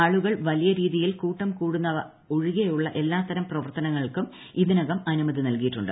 ആളുകൾ വലിയ രീതിയിൽ കൂട്ടം കൂടുന്നവ ഒഴികെയുള്ള എല്ലാത്തരം പ്രവർത്തനങ്ങൾക്കും ഇതിനകം അനുമതി നൽകിയിട്ടുണ്ട്